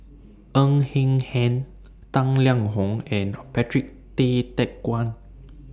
Ng Hen Hen Tang Liang Hong and Per Patrick Tay Teck Guan